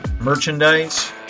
merchandise